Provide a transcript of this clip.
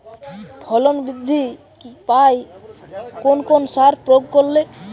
ফসল বৃদ্ধি পায় কোন কোন সার প্রয়োগ করলে?